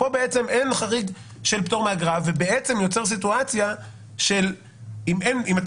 פה אין חריג של פטור מאגרה ובעצם זה יוצר סיטואציה שאם אתה